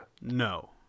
No